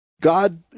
God